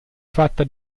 fatta